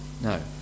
No